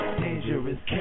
dangerous